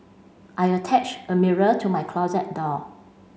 I attach a mirror to my closet door